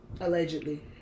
Allegedly